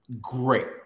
great